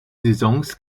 saisons